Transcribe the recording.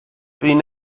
been